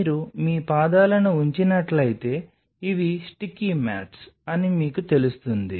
మీరు మీ పాదాలను ఉంచినట్లయితే ఇవి స్టిక్కీ మ్యాట్స్ అని మీకు తెలుస్తుంది